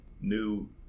new